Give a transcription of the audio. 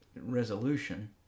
resolution